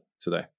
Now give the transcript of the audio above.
today